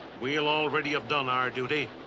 we'll already have done our duty.